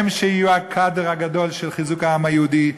הם שיהיו הקאדר הגדול של חיזוק העם היהודי.